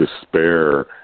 despair